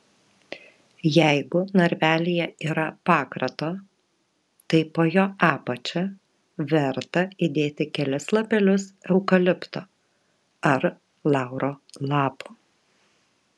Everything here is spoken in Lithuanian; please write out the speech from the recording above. jeigu narvelyje yra pakrato tai po jo apačia verta įdėti kelis lapelius eukalipto ar lauro lapų